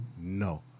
No